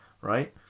right